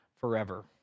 forever